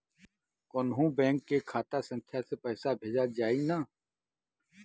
कौन्हू बैंक के खाता संख्या से पैसा भेजा जाई न?